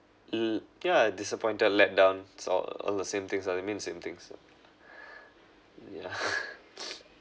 mm yeah disappointed let down it's all all the same things ah it mean same things ah yeah